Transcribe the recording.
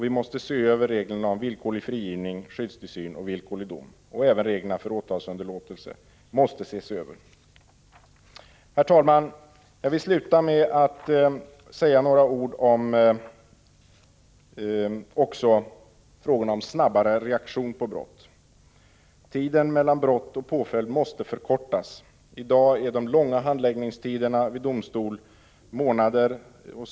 Vi måste se över reglerna för villkorlig frigivning, skyddstillsyn och villkorlig dom samt även reglerna för åtalsunderlåtelse. Herr talman! Jag vill sluta med att säga några ord om behovet av snabbare reaktion på brott. Tiden mellan brott och påföljd måste förkortas. I dag är handläggningstiderna vid domstol långa — det kan gälla månader.